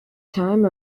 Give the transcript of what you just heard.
time